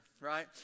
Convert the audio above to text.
right